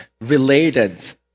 related